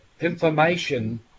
information